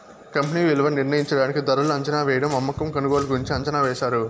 company విలువ నిర్ణయించడానికి ధరలు అంచనావేయడం అమ్మకం కొనుగోలు గురించి అంచనా వేశారు